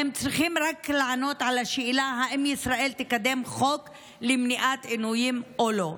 הם צריכים רק לענות על השאלה: האם ישראל תקדם חוק למניעת עינויים או לא?